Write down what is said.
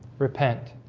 repent